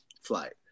flight